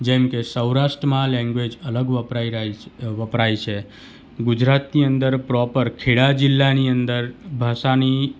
જેમ કે સૌરાષ્ટ્રમાં લેંગ્વેજ અલગ વપરાય વપરાય છે ગુજરાતની અંદર પ્રોપર ખેડા જીલાની અંદર ભાષાની